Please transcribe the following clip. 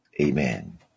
Amen